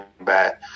bad